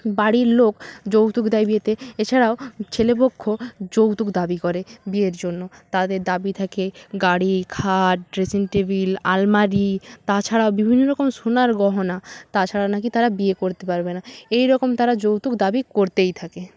বাড়ির লোক যৌতুক দেয় বিয়েতে এছাড়াও ছেলে পক্ষ যৌতুক দাবি করে বিয়ের জন্য তাদের দাবি থাকে গাড়ি খাট ড্রেসিং টেবিল আলমারি তাছাড়াও বিভিন্ন রকম সোনার গহনা তাছাড়া না কি তারা বিয়ে করতে পারবে না এইরকম তারা যৌতুক দাবি করতেই থাকে